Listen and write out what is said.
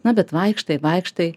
na bet vaikštai vaikštai